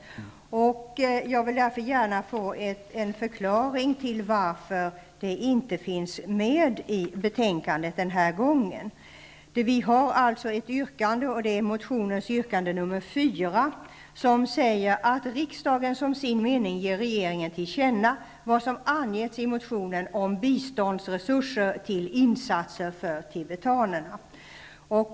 Jag vill därför ha en förklaring till att det inte finns med i betänkandet den här gången. Vi har alltså ett yrkande -- det är motionens yrkande nr 4 -- som säger att riksdagen som sin mening ger regeringen till känna vad som angetts i motionen om biståndsresurser till insatser för tibetanerna.